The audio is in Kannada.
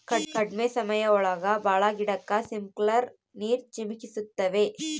ಕಡ್ಮೆ ಸಮಯ ಒಳಗ ಭಾಳ ಗಿಡಕ್ಕೆ ಸ್ಪ್ರಿಂಕ್ಲರ್ ನೀರ್ ಚಿಮುಕಿಸ್ತವೆ